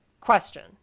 Question